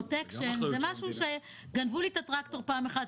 פרוטשקן זה משהו שגנבו לי את הטרקטור פעם אחת,